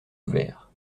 ouvert